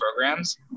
programs